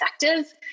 effective